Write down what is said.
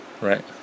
Right